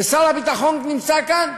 ושר הביטחון נמצא כאן,